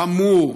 חמור,